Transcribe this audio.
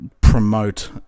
promote